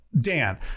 Dan